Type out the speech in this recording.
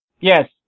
Yes